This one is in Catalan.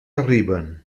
arriben